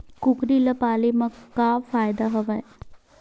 कुकरी ल पाले म का फ़ायदा हवय?